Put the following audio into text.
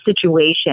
situation